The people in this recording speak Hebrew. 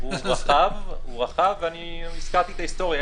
הוא רחב והזכרתי את ההיסטוריה,